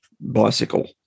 bicycle